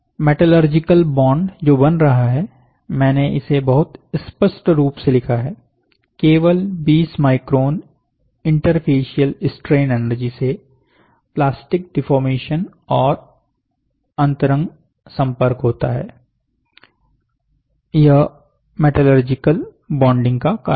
metallurgical bond जो बन रहा है मैंने इसे बहुत स्पष्ट रूप से लिखा है केवल 20 माइक्रोन इंटरफेसियल स्ट्रेन एनर्जी से प्लास्टिक डिफॉर्मेशन और अंतरंग संपर्क होता है यह मेटलर्जिकल बॉन्डिंग का कारण है